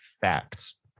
facts